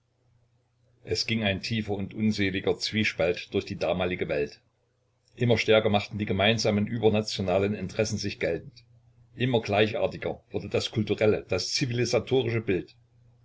es ging ein tiefer und unseliger zwiespalt durch die damalige welt immer stärker machten die gemeinsamen übernationalen interessen sich geltend immer gleichartiger wurde das kulturelle das zivilisatorische bild